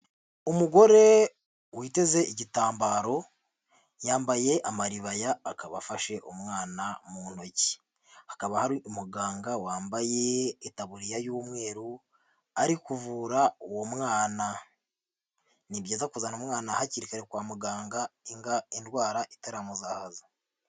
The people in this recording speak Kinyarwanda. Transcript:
Umugore witeze igitambaro yambaye amaribaya akaba afashe umwana mu ntoki hakaba hari umuganga wambaye itaburiya y'umweru ari kuvura uwo mwana ni byiza kuzana umwana hakiri kare kwa muganga indwara itaramuzahaza.